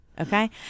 Okay